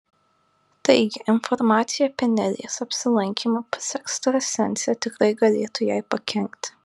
taigi informacija apie nelės apsilankymą pas ekstrasensę tikrai galėtų jai pakenkti